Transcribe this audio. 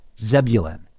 Zebulun